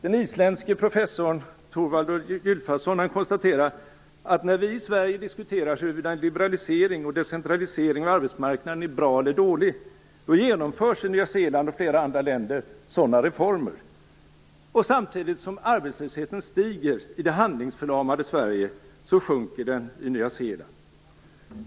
Den isländske professorn Thorvaldur Gylfason konstaterade att när vi i Sverige diskuterar huruvida en liberalisering och decentralisering av arbetsmarknaden är bra eller dålig, genomförs sådana reformer i Nya Zeeland och flera andra länder. Samtidigt som arbetslösheten stiger i det handlingsförlamade Sverige sjunker den i Nya Zeeland.